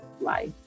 life